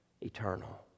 eternal